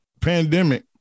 pandemic